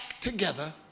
together